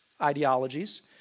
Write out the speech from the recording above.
ideologies